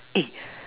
eh